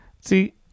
see